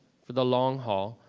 for the long haul.